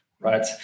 right